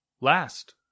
last